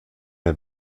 der